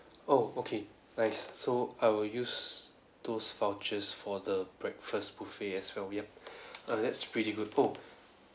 oh okay nice so I will use those vouchers for the breakfast buffet as well yup err that's pretty good oh